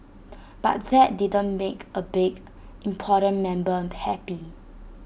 but that didn't make A big important member happy